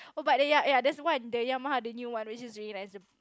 oh but the ya ya there's one the Yamaha the new one which is really nice the